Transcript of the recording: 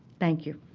thank you.